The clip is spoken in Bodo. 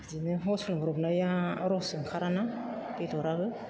बिदिनो होसनब्रबनाया रस ओंखाराना बेदराबो